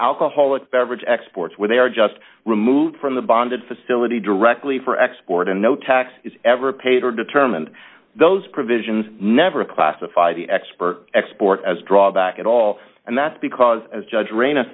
alcoholic beverage exports where they are just removed from the bonded facility directly for export and no tax is ever paid or determined those provisions never classify the expert export as a drawback at all and that's because as judge